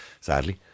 sadly